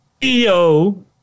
Yo